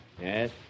Yes